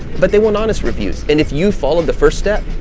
but they want honest reviews, and if you followed the first step,